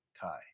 Kai